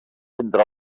entre